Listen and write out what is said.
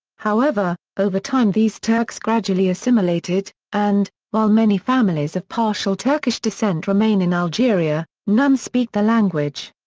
however, over time these turks gradually assimilated, and, while many families of partial turkish descent remain in algeria, none speak the language.